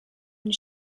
and